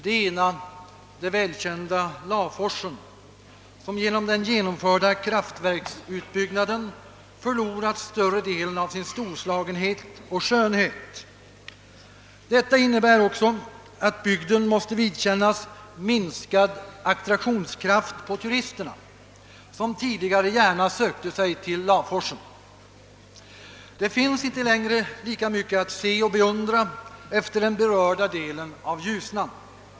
Det ena var den välkända Laforsen, som genom den genomförda kraftverksutbyggnaden förlorade större delen av sin storslagenhet och skönhet. Detta innebär också att bygden får minskad attraktionskraft på turisterna, som tidigare gärna sökte sig till Laforsen. Det finns inte längre lika mycket att se och beundra efter den berörda delen av Ljusnan.